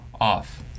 off